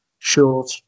Short